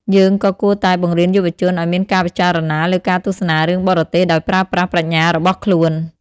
យើងក៏គួរតែបង្រៀនយុវជនឲ្យមានការពិចារណាលើការទស្សនារឿងបរទេសដោយប្រើប្រាស់ប្រាជ្ញារបស់ខ្លួន។